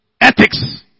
ethics